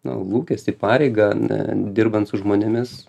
lūkestį pareigą dirbant su žmonėmis